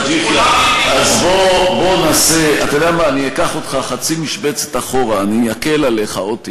אני אומר לך, אני אומר לך, מאה אחוז.